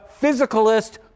physicalist